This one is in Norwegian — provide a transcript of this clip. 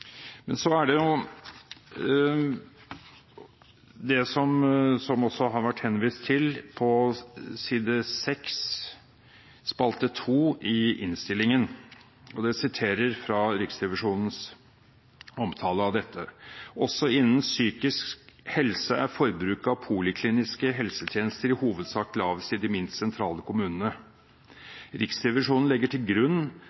spalte 2 i innstillingen, og dette er sitat fra Riksrevisjonens omtale av dette: «Også innen psykisk helse er forbruket av polikliniske helsetjenester i hovedsak lavest i de minst sentrale kommunene. Riksrevisjonen legger til grunn